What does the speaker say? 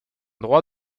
droit